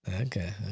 Okay